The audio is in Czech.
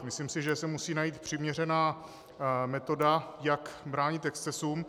Myslím si, že se musí najít přiměřená metoda, jak bránit excesům.